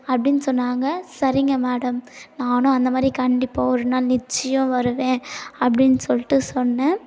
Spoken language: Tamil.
அப்டின்னு சொன்னாங்க சரிங்க மேடம் நானும் அந்த மாதிரி கண்டிப்பாக ஒரு நாள் நிச்சயம் வருவேன் அப்டின்னு சொல்லிட்டு சொன்னேன்